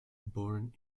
born